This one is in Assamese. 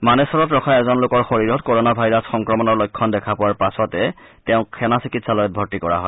মানেছৰত ৰখা এজন লোকৰ শৰীৰত কৰনা ভাইৰাছ সংক্ৰমণৰ লক্ষণ দেখা পোৱাৰ পাছতে তেওঁ সেনা চিকিৎসালয়ত ভৰ্তি কৰা হয়